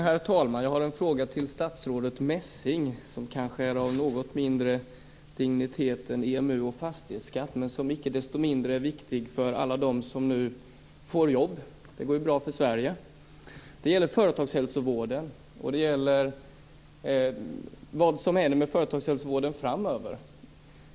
Herr talman! Jag har en fråga till statsrådet Messing om något som kanske är av något mindre dignitet än EMU och fastighetsskatt men som icke desto mindre är viktigt för alla dem som nu får jobb. Det går ju bra för Sverige. Det gäller företagshälsovården och vad som händer med den framöver.